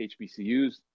HBCUs